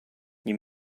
you